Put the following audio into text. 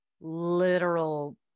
literal